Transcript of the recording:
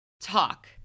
talk